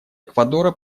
эквадора